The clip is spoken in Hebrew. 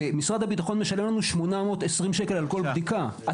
ומשרד הביטחון משלם לנו 820 שקל על כל בדיקה.